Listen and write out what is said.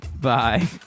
bye